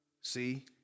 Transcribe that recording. See